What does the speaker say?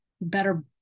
better